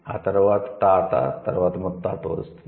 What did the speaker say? ఆ తరువాత తాత తరువాత ముత్తాత వస్తుంది